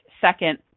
second